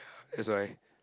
that's why